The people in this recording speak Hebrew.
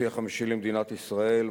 הנשיא החמישי של מדינת ישראל,